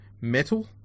metal